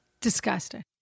Disgusting